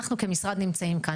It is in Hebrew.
אנחנו כמשרד נמצאים כאן,